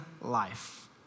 life